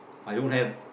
I don't have